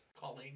Colleen